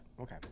Okay